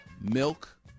milk